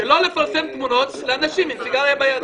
לא לפרסם תמונות של אנשים עם סיגריה ביד.